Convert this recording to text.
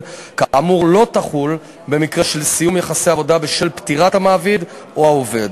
כאמור לא תחול במקרה של סיום יחסי עבודה בשל פטירת המעביד או העובד.